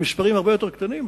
המספרים הרבה יותר קטנים.